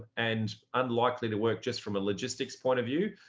and unlikely to work just from a logistics point of view.